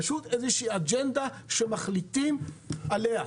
זו פשוט איזו אג'נדה שמחליטים עליה.